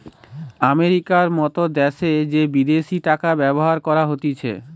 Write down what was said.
আমেরিকার মত দ্যাশে যে বিদেশি টাকা ব্যবহার করা হতিছে